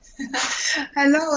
Hello